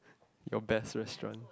your best restaurant